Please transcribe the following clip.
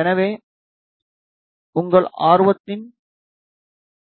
எனவே உங்கள் ஆர்வத்தின்